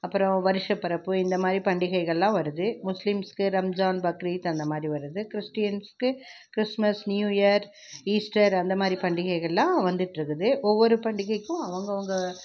அப்பறம் வருட பிறப்பு இந்த மாதிரி பண்டிகைகள்லாம் வருது முஸ்லீம்ஸுக்கு ரம்ஜான் பக்ரீத் அந்த மாதிரி வருது கிறிஸ்டியன்ஸுக்கு கிறிஸ்மஸ் நியூஇயர் ஈஸ்டர் அந்த மாதிரி பண்டிகைகள்லாம் வந்துகிட்ருக்குது ஒவ்வொரு பண்டிகைக்கும் அவங்கவங்க